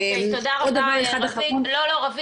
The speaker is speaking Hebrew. תודה רבה רוית.